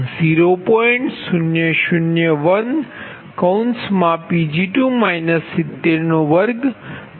0012 Pg2159